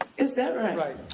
is that right? right.